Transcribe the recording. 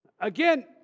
Again